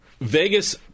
Vegas